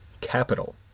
capital